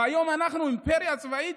והיום אנחנו אימפריה צבאית,